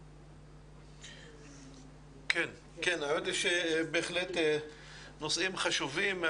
כן, בהחלט נושאים חשובים.